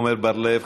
עמר בר-לב,